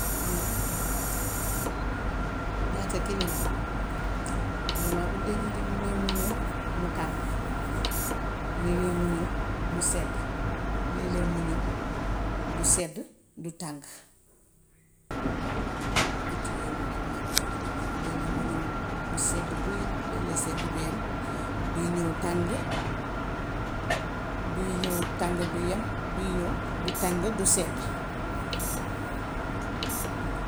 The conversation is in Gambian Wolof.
Ñaata? Ñaata kilimaa? Kilimaa bi de léegi mu ñów mu tàng, lee-lee mu ñów mu sedd, lee-lee mu ñów du sedd du tàng, ñett yooyu moom xam naa ko si kilimaa. Waaw lee-lee mu ñów mu sedd guyy, lee-lee sedd bi hem; bii ñów tàng, bii ñów tàng bu yem, bii ñów du tàng du sedd waaw.